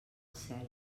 cel